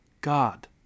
God